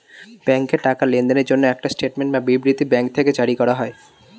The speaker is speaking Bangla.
ব্যাংকে টাকা লেনদেনের একটা স্টেটমেন্ট বা বিবৃতি ব্যাঙ্ক থেকে জারি করা হয়